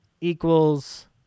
equals